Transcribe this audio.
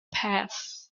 passed